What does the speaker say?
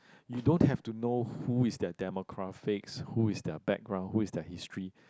you don't have to know who is their demographics who is their background who is their history